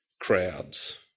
crowds